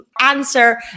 answer